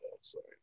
Sorry